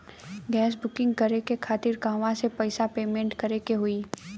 Gas booking करे के खातिर कहवा से पैसा पेमेंट करे के होई?